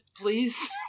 please